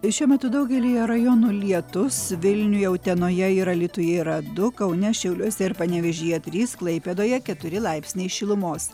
šiuo metu daugelyje rajonų lietus vilniuje utenoje ir alytuje yra du kaune šiauliuose ir panevėžyje trys klaipėdoje keturi laipsniai šilumos